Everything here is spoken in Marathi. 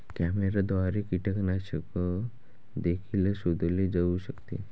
कॅमेऱ्याद्वारे कीटकनाशक देखील शोधले जाऊ शकते